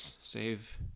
save